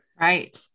right